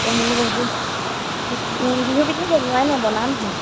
বিহু পিঠা বনোৱাই নাই বনাম হে